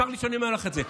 צר לי שאני אומר לך את זה.